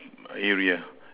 area